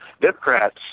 Democrats